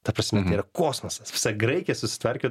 ta prasme tai yra kosmosas visa graikija susitvarkė